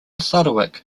sarawak